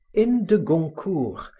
in de goncourt,